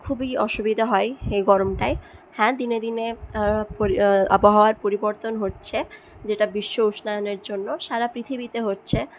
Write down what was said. খুবই অসুবিধা হয় এই গরমটায় হ্যাঁ দিনে দিনে আবহাওয়ার পরিবর্তন হচ্ছে যেটা বিশ্ব উষ্ণায়নের জন্য সারা পৃথিবীতে হচ্ছে